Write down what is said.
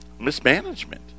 mismanagement